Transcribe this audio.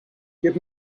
give